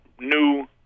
new